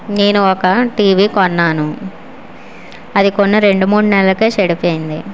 నేని ఒక టీవి కొన్నాను అది కొన్న రెండు మూడు నెలలకే చెడిపోయింది